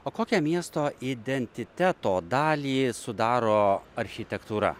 o kokią miesto identiteto dalį sudaro architektūra